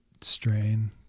strain